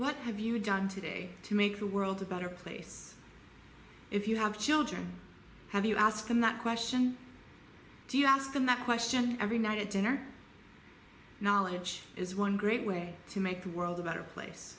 what have you done today to make the world a better place if you have children have you ask them that question do you ask them that question every night at dinner knowledge is one great way to make the world a better place